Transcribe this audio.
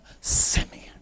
Simeon